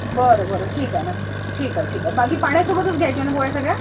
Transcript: बरं बरं ठीक आहे ना ठीक आहे ठीक आहे बाकी पाण्यासोबतच घ्यायच्या ना गोळ्या सगळ्या